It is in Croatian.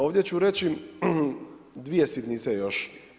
Ovdje ću reći dvije sitnice još.